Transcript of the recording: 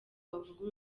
bavuga